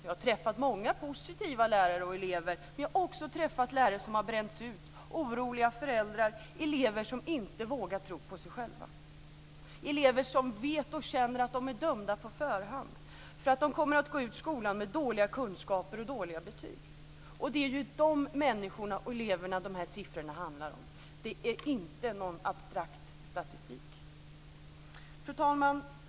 Jag har träffat många positiva lärare och elever, men jag har också träffat lärare som har bränts ut, oroliga föräldrar och elever som inte har vågat tro på sig själva. Jag har mött elever som vet och känner att de är dömda på förhand för att de kommer att gå ut skolan med dåliga kunskaper och dåliga betyg. Det är ju dessa människor och elever som siffrorna handlar om. Det är inte någon abstrakt statistik. Fru talman!